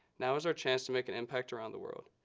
now is our chance to make an impact around the world.